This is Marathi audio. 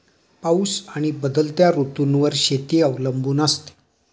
पाऊस आणि बदलत्या ऋतूंवर शेती अवलंबून असते